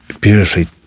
beautifully